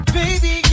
baby